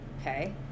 okay